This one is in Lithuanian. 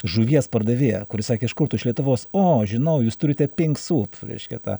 žuvies pardavėją kuris sakė iš kur tu iš lietuvos o žinau jūs turite pink sūp reiškia tą